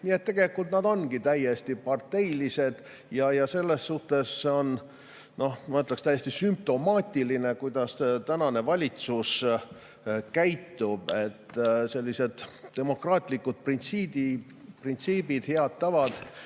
Nii et tegelikult nad ongi täiesti parteilised ja selles suhtes on, ma ütleksin, täiesti sümptomaatiline, kuidas tänane valitsus käitub. Sellised demokraatlikud printsiibid, head tavad